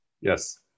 Yes